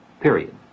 Period